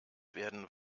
werden